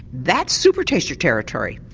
that's supertaster territory.